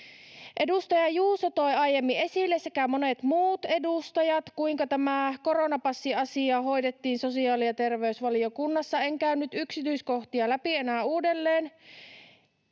edustajat toivat aiemmin esille, kuinka tämä koronapassiasia hoidettiin sosiaali‑ ja terveysvaliokunnassa. En käy nyt yksityiskohtia läpi enää uudelleen.